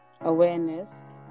awareness